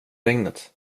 regnet